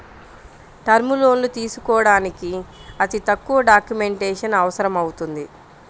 term లోన్లు తీసుకోడానికి అతి తక్కువ డాక్యుమెంటేషన్ అవసరమవుతుంది